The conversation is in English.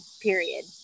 period